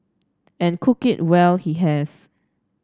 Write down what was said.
and cook it well he has